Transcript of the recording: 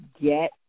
get